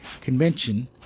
convention